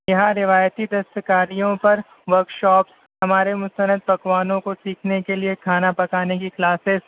یہاں روایتی دستکاریوں پر ورکشاپ ہمارے مستند پکوانوں کو سیکھنے کے لیے کھانا پکانے کی کلاسز